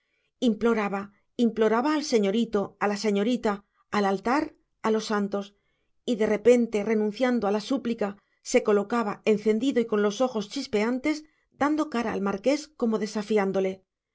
imploraba imploraba al señorito a la señorita al altar a los santos y de repente renunciando a la súplica se colocaba encendido y con los ojos chispeantes dando cara al marqués como desafiándole